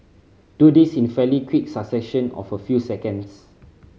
do this in fairly quick succession of a few seconds